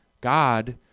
God